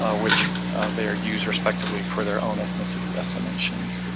ah which they are used respectively for their own ethnicity estimations.